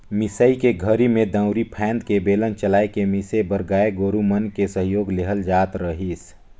मिसई के घरी में दउंरी फ़ायन्द के बेलन चलाय के मिसे बर गाय गोरु मन के सहयोग लेहल जात रहीस